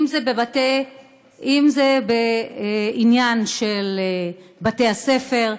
אם זה בעניין של בתי-הספר,